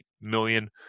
million